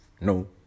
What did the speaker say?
no